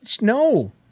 No